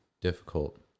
difficult